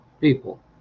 people